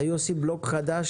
היו עושים בלוק חדש,